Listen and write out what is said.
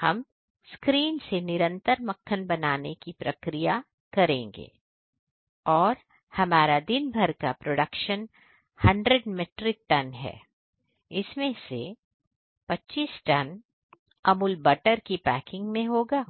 हम स्क्रीन से निरंतर मक्खन बनाने की प्रक्रिया करेंगे और हमारा दिन भर का प्रोडक्शन हंड्रेड मेट्रिक टन है इसमें से 25 टन अमूल बटर की पैकिंग में होगा